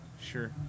sure